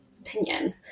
opinion